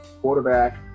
quarterback